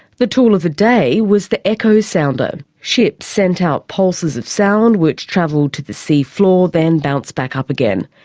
the tool of the day was the echo sounder. ships sent out pulses of sound which travelled to the sea floor then bounced back up again.